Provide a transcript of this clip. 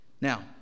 Now